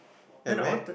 at where